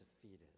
defeated